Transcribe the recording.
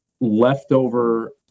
leftover